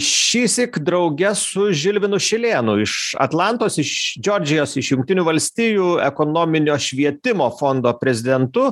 šįsyk drauge su žilvinu šilėnu iš atlantos iš džordžijos iš jungtinių valstijų ekonominio švietimo fondo prezidentu